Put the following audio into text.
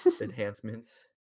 enhancements